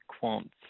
quant